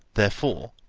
therefore,